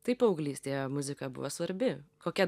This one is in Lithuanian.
tai paauglystėje muzika buvo svarbi kokia